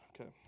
Okay